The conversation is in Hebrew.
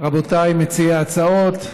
רבותיי מציעי ההצעות,